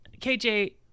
KJ